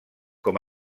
com